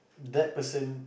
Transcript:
that person